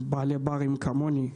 על בעלי ברים כמוני,